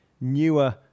newer